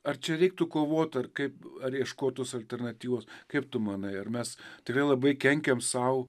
ar čia reiktų kovot ar kaip ar ieškot tos alternatyvos kaip tu manai ar mes tikrai labai kenkiam sau